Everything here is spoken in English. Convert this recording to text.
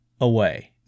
away